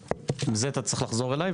אז עם זה אתה צריך לחזור אליי,